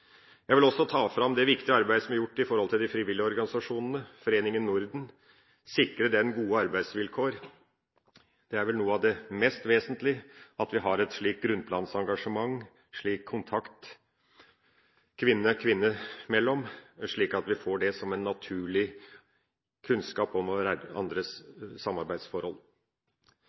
Jeg vil også ta fram det viktige arbeidet som er gjort i forhold til de frivillige organisasjonene, bl.a. Foreningen Norden, og sikre den gode arbeidsvilkår. Det at vi har et slikt grunnplansengasjement, en slik kvinne-til-kvinne-kontakt, er vesentlig, slik at vi får en naturlig kunnskap om